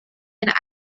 and